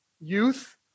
Youth